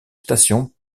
station